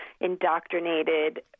indoctrinated